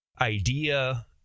idea